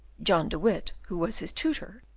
john de witt, who was his tutor,